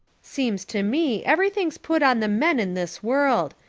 seems to me everything's put on the men in this world.